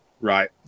right